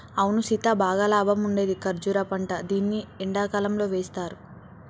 అవును సీత బాగా లాభం ఉండేది కర్బూజా పంట దీన్ని ఎండకాలంతో వేస్తారు